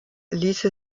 ließe